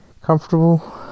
comfortable